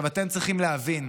אתם צריכים להבין,